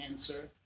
answer